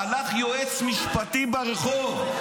מה קשור מסתרקת?